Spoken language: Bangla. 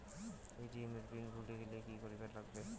এ.টি.এম এর পিন ভুলি গেলে কি করিবার লাগবে?